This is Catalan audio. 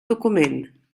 document